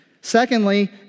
Secondly